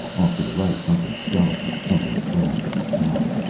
off to the right something scuttled, something round and metallic.